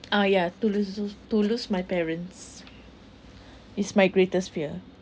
uh yeah to lose to lose my parents is my greatest fear